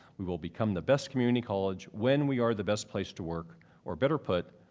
we will become the best community college when we are the best place to work or, better put,